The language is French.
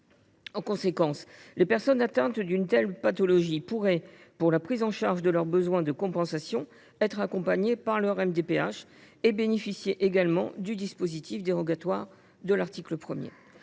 En conséquence, les personnes atteintes d’une telle pathologie pourraient, pour la prise en charge de leurs besoins de compensation, être accompagnées par leur MDPH et bénéficier également du dispositif dérogatoire de l’article 1.